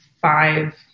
five